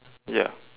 yup